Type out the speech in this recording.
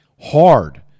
hard